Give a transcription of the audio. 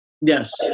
Yes